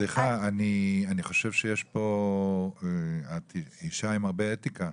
סליחה, את אישה עם הרבה אתיקה,